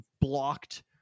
blocked